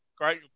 Great